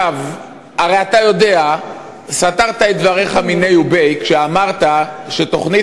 הרי אתה יודע שסתרת את דבריך מיניה וביה כשאמרת שתוכנית